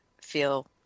feel